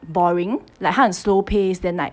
boring like 它很 slow pace then like